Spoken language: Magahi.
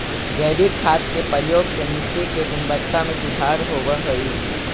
जैविक खाद के प्रयोग से मट्टी के गुणवत्ता में सुधार होवऽ हई